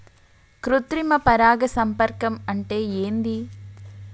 కృత్రిమ పరాగ సంపర్కం అంటే ఏంది?